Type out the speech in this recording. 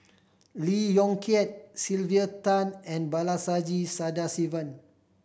Lee Yong Kiat Sylvia Tan and Sadasivan